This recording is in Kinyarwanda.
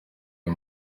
uyu